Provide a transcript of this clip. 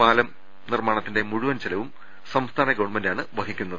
പാലം നിർമ്മാണത്തിന്റെ മുഴുവൻ ചെലവും സംസ്ഥാന ഗവൺമെന്റാണ് വഹിക്കുന്നത്